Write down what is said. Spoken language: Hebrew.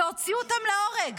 והוציאו אותם להורג.